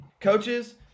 Coaches